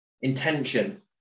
intention